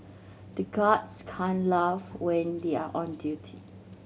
the guards can't laugh when they are on duty